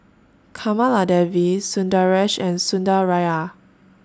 Kamaladevi Sundaresh and Sundaraiah